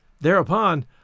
Thereupon